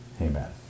Amen